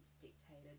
dictated